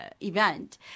event